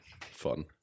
fun